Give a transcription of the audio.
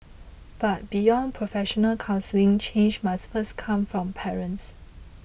but beyond professional counselling change must first come from parents